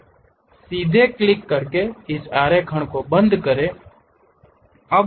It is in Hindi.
अब सीधे क्लिक करके इस आरेखण को बंद करें